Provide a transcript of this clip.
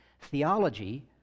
theology